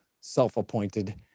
self-appointed